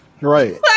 right